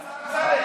אני אסביר.